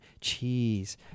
Cheese